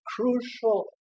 crucial